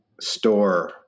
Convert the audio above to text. store